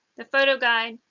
the photo guide,